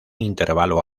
intervalo